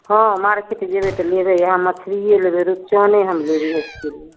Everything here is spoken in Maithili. हँ मार्केट जेबै तऽ लेबै इएह मछरिए लेबै रुपचने हम लेबै एक किलो